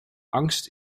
angst